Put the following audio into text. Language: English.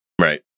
Right